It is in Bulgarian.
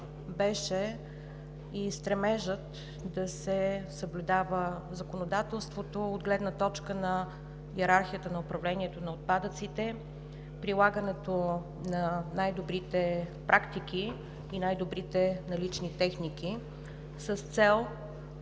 беше и стремежът да се съблюдава законодателството от гледна точка на йерархията на управлението на отпадъците, прилагането на най-добрите практики и най-добрите налични техники с цел да